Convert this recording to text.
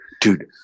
Dude